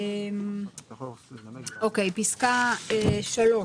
פסקה (3)